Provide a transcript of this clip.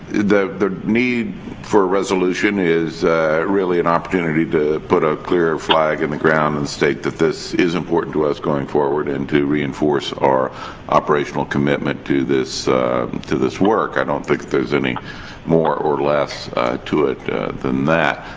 the the need for a resolution is really an opportunity to put a clear flag in the ground and state that this is important to us going forward and to reinforce our operational commitment to this to this work. i don't think there's any more or less to it than that.